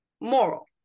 moral